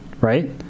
right